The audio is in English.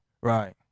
Right